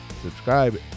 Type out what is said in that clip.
Subscribe